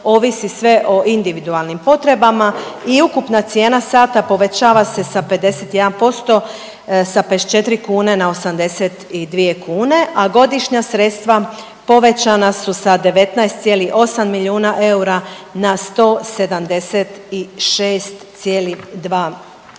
ovisi sve o individualnim potrebama i ukupna cijena sata povećava se sa 51% sa 54 kune na 82 kune, a godišnja sredstva povećana su sa 19,8 milijuna eura na 176,2